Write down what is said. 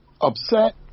upset